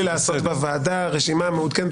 רשימה מעודכנת.